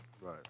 right